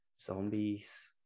zombies